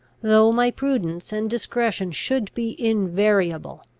though my prudence and discretion should be invariable,